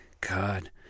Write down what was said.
God